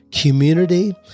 community